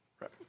Right